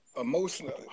emotionally